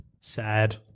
Sad